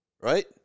right